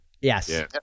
Yes